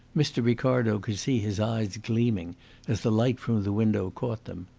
mr. ricardo could see his eyes gleaming as the light from the window caught them.